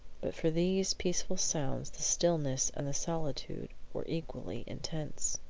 but for these peaceful sounds the stillness and the solitude were equally intense.